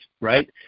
right